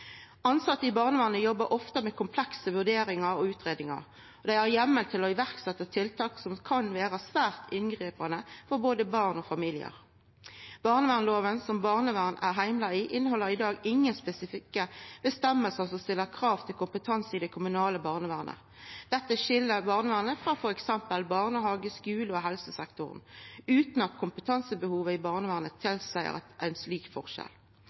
i barnevernet jobbar ofte med komplekse vurderingar og utgreiingar, og dei har heimel til å setja i verk tiltak som kan vera svært inngripande for både barn og familiar. Barnevernslova, som barnevern er heimla i, inneheld i dag ingen spesifikke føresegner som stiller krav til kompetanse i det kommunale barnevernet. Dette skil barnevernet frå f.eks. barnehage-, skule- og helsesektoren – utan at kompetansebehovet i barnevernet tilseier ein slik forskjell.